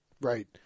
Right